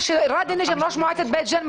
ראש מועצת בית-ג'ן,